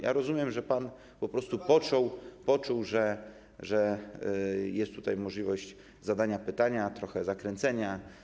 Ja rozumiem, że pan po prostu poczuł, że jest tutaj możliwość zadania pytania, trochę zakręcenia.